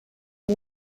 dem